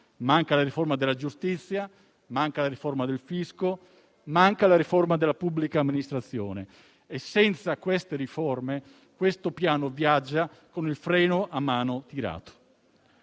Manca la riforma della giustizia, manca la riforma del fisco, manca la riforma della pubblica amministrazione e, senza delle riforme, questo Piano viaggia con il freno a mano tirato.